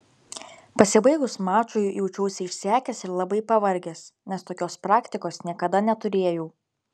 pasibaigus mačui jaučiausi išsekęs ir labai pavargęs nes tokios praktikos niekada neturėjau